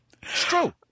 true